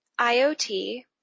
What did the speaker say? IOT